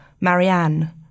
Marianne